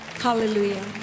Hallelujah